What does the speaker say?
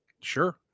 Sure